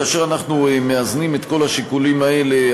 כאשר אנחנו מאזנים את כל השיקולים האלה,